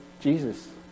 Jesus